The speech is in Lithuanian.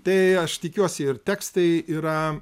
tai aš tikiuosi ir tekstai yra